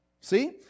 See